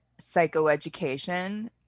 psychoeducation